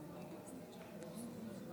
הסתייגות 56 לא נתקבלה.